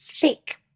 thick